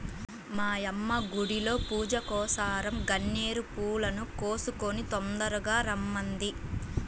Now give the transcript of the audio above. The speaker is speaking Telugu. మా యమ్మ గుడిలో పూజకోసరం గన్నేరు పూలను కోసుకొని తొందరగా రమ్మంది